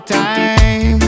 time